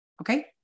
Okay